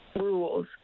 rules